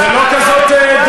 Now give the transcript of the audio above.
זה לא מקובל, אדוני השר.